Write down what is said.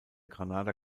granada